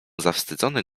zawstydzony